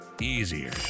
Easier